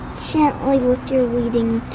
gently with your weeding